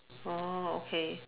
oh okay